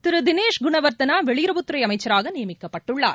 திருதினேஷ் குணவர்த்தனாவெளியுறவுத்துறைஅமைச்சராகநியமிக்கப்பட்டுள்ளார்